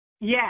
Yes